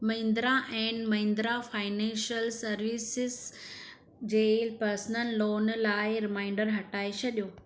Mahindra and Mahindra financial services जे personal loan लाइ reminder हटाए छॾियो